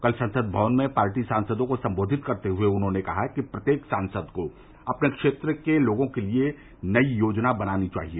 कल संसद भवन में पार्टी सांसरों को संबोधित करते हुए उन्होंने कहा कि प्रत्येक सांसद को अपने क्षेत्र के लोगों के लिए नई योजना बनानी चाहिए